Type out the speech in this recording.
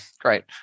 great